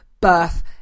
Birth